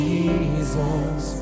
Jesus